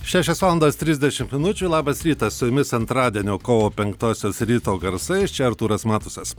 šešios valandos trisdešimt minučių labas rytas su jumis antradienio kovo penktosios ryto garsai čia artūras matusas